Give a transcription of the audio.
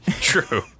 True